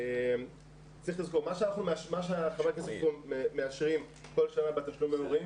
מה שחברי הכנסת מאשרים בכל שנה בתשלומי הורים,